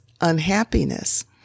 unhappiness